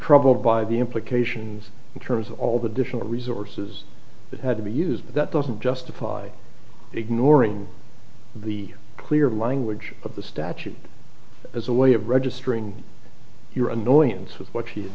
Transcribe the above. troubled by the implications in terms of all the different resources that had to be used but that doesn't justify ignoring the clear language of the statute as a way of registering your annoyance with what he's